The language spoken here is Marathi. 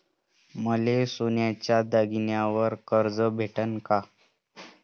मले सोन्याच्या दागिन्यावर कर्ज भेटन का?